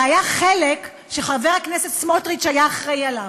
זה היה חלק שחבר הכנסת סמוטריץ היה אחראי לו.